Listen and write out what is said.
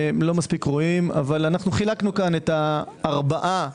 חילקנו את ארבעת